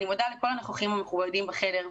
אני מודה לכל הנוכחים המכובדים בחדר,